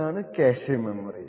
ഇതാണ് cache memory